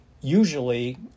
usually